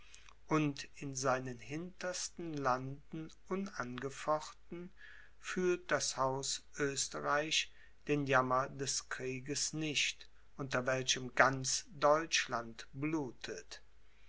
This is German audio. und in seinen hintersten landen unangefochten fühlt das haus oesterreich den jammer des krieges nicht unter welchem ganz deutschland blutet